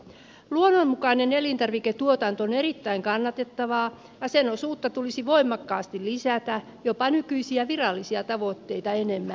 luonnonmukainen elintarviketuotanto on erittäin kannatettavaa ja sen osuutta tulisi voimakkaasti lisätä jopa nykyisiä virallisia tavoitteita enemmän